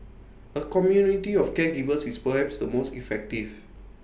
A community of caregivers is perhaps the most effective